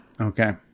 Okay